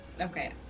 Okay